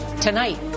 Tonight